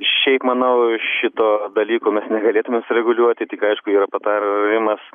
šiaip manau šito dalyko mes negalėtumėm sureguliuoti tik aišku yra patarimas